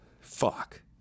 fuck